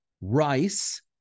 Rice